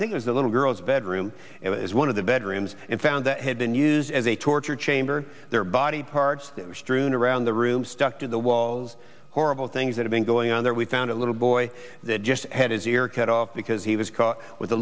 think is a little girl's bedroom it was one of the bedrooms in found that had been used as a torture chamber there body parts that were strewn around the room stuck to the walls horrible things that have been going on there we found a little boy that just had his ear cut off because he was caught with a